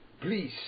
please